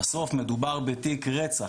בסוף מדובר בתיק רצח,